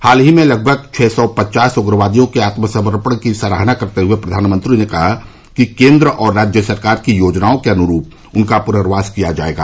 हाल ही में लगभग छ सौ पचास उग्रवादियों के आत्मसमर्पण की सराहना करते हुए प्रधानमंत्री ने कहा कि केंद्र और राज्य सरकार की योजनाओं के अन्रूप उनका पुनर्वास किया जाएगा